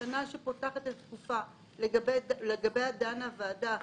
השנה שפותחת את התקופה לגביה דנה הוועדה,